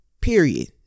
Period